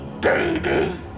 baby